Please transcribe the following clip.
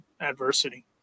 adversity